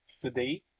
today